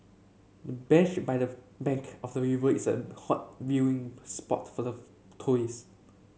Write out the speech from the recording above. bench by the bank of the river is a hot viewing spot for the tourists